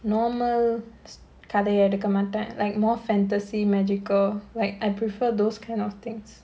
normal c~ கதைய எடுக்க மாட்ட:kadhaiya edukka maatta like more fantasy magical like I prefer those kind of things